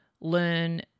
learn